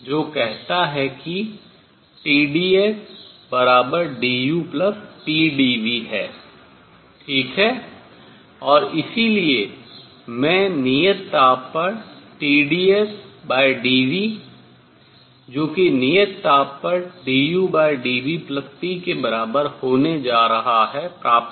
जो कहता है कि TdSdUPdV है ठीक है और इसलिए मैं नियत ताप पर TdSdV जो कि नियत ताप पर dUdVP के बराबर होने जा रहा है प्राप्त करता हूँ